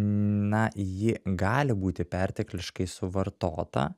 na ji gali būti pertekliškai suvartota